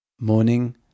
Morning